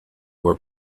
were